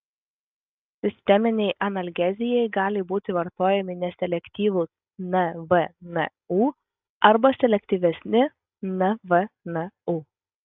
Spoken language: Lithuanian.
sisteminei analgezijai gali būti vartojami neselektyvūs nvnu arba selektyvesni nvnu